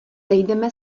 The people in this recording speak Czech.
sejdeme